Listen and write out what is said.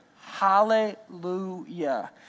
Hallelujah